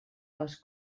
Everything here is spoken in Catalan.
les